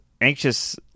anxious